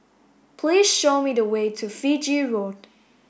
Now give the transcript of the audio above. please show me the way to Fiji Road